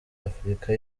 afurika